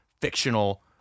fictional